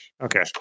Okay